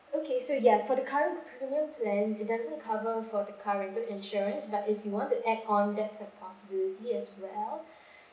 okay so yeah for the current premium plan it doesn't cover for the car rental insurance but if you want to add on there's a possibility as well